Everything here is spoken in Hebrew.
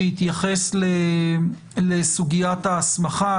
-- שיתייחס לסוגיית ההסמכה,